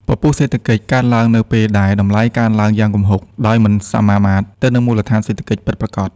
ពពុះសេដ្ឋកិច្ចកើតឡើងនៅពេលដែលតម្លៃកើនឡើងយ៉ាងគំហុកដោយមិនសមាមាត្រទៅនឹងមូលដ្ឋានសេដ្ឋកិច្ចពិតប្រាកដ។